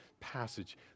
passage